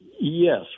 Yes